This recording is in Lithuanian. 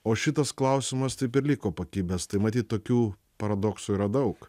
o šitas klausimas taip ir liko pakibęs tai matyt tokių paradoksų yra daug